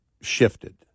shifted